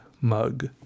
mug